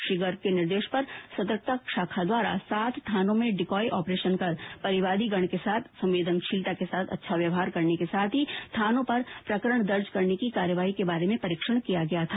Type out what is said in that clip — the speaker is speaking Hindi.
श्री गर्ग के निर्देश पर सतर्कता शाखा द्वारा सात थानों में डिकॉय ऑपरेशन कर परिवादीगण के साथ संवेदनशीलता से अच्छा व्यवहार करने के साथ ही थानों पर प्रकरण दर्ज करने की कार्यवाही के बारे में परीक्षण किया गया था